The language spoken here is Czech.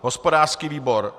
hospodářský výbor: